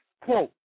Quote